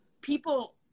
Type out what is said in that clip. people